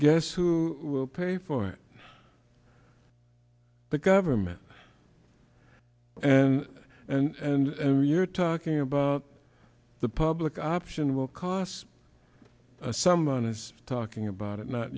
guess who will pay for it the government and and we're talking about the public option will cost someone is talking about it not